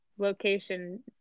location